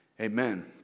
amen